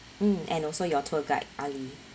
mm and also your tour guide ali